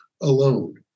alone